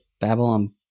Babylon